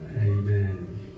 Amen